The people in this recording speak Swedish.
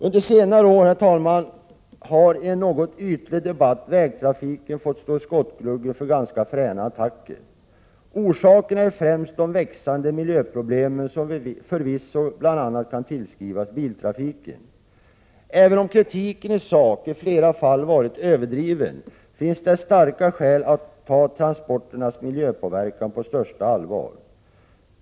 Under senare år har i en något ytlig debatt vägtrafiken fått stå i skottgluggen för ganska fräna attacker. Orsaken är främst de växande miljöproblemen som förvisso bl.a. kan tillskrivas biltrafiken. Även om kritiken i sak i flera fall varit överdriven finns det starka skäl att ta transporternas miljöpåverkan på största allvar.